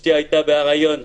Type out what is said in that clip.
אשתי הייתה בהיריון,